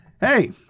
hey